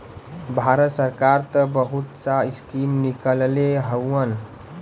भारत सरकार त बहुत सा स्कीम निकलले हउवन